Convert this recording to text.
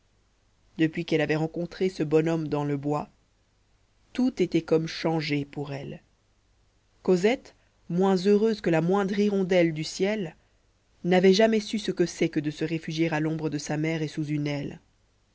depuis qu'elle avait rencontré ce bonhomme dans le bois tout était comme changé pour elle cosette moins heureuse que la moindre hirondelle du ciel n'avait jamais su ce que c'est que de se réfugier à l'ombre de sa mère et sous une aile